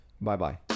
Bye-bye